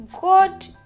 God